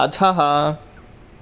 अधः